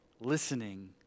listening